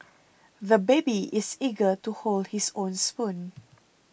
the baby is eager to hold his own spoon